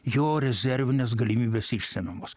jo rezervinės galimybės išsemiamos